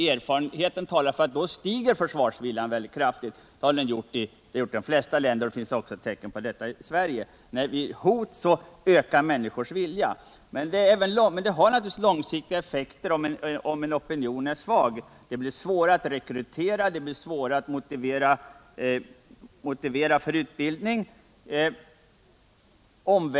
Erfarenheten talar för att i ett läge av hot stiger försvarsviljan kraftigt. Det har den gjort i de flesta länder, och det finns tecken på detta i Sverige också. Vid hot ökar människors vilja att försvara. Men det har naturligtvis långsiktiga effekter om en opinion är svag. Det blir svårare att rekrytera, det blir svårare att motivera för utbildning osv.